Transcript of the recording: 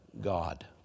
God